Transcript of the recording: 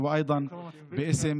ברכות לאנשינו בשם הרשימה המשותפת וגם בשם